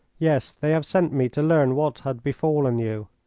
yes. they have sent me to learn what had befallen you.